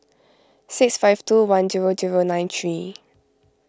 six five two one zero zero nine three